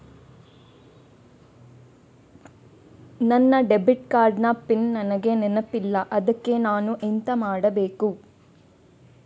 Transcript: ನನ್ನ debit card ನ PIN ನನಗೆ ನೆನಪಿಲ್ಲ ಅದ್ಕೆ ನಾನು ಎಂತ ಮಾಡಬೇಕು?